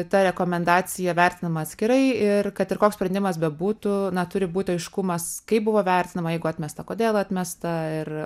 ta rekomendacija vertinama atskirai ir kad ir koks sprendimas bebūtų na turi būti aiškumas kaip buvo vertinama jeigu atmesta kodėl atmesta ir